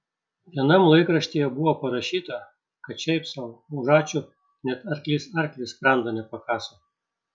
vienam laikraštyje buvo parašyta kad šiaip sau už ačiū net arklys arkliui sprando nepakaso